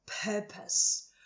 purpose